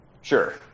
Sure